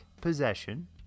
possession